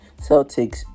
Celtics